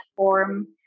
platform